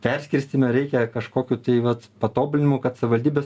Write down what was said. perskirstyme reikia kažkokių tai vat patobulinimų kad savivaldybės